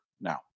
now